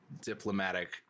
diplomatic